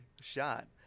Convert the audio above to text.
shot